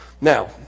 Now